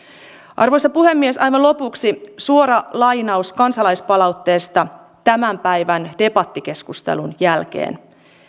arvoisa puhemies aivan lopuksi suora lainaus kansalaispalautteesta tämän päivän debattikeskustelun jälkeen